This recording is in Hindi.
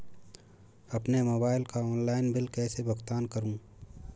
अपने मोबाइल का ऑनलाइन बिल कैसे भुगतान करूं?